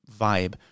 vibe